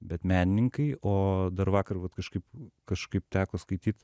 bet menininkai o dar vakar vat kažkaip kažkaip teko skaityt